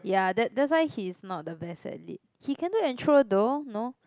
ya that that's why he's not the best at lit he can do intro though no